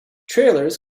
trailers